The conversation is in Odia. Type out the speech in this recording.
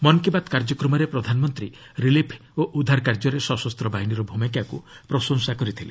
ମନ୍ କି ବାତ୍ କାର୍ଯ୍ୟକ୍ରମରେ ପ୍ରଧାନମନ୍ତ୍ରୀ ରିଲିଫ୍ ଓ ଉଦ୍ଧାର କାର୍ଯ୍ୟରେ ସଶସ୍ତ ବାହିନୀର ଭୂମିକାକୁ ପ୍ରଶଂସା କରିଥିଲେ